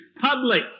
Public